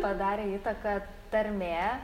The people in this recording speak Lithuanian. padarė įtaką tarmė